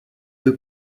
deux